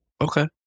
Okay